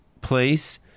place